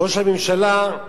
ראש הממשלה,